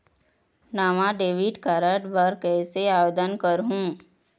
नावा debit card बर कैसे आवेदन करहूं?